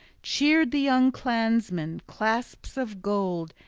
cheered the young clansmen, clasps of gold,